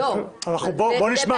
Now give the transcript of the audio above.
בואו נשמע.